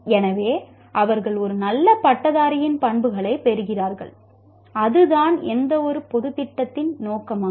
எனவே அவர்கள் ஒரு நல்ல பட்டதாரியின் பண்புகளைப் பெறுகிறார்கள் அதுதான் எந்தவொரு பொதுத் திட்டத்தின் நோக்கமாகும்